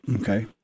Okay